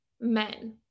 men